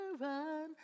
run